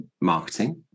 Marketing